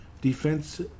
Defense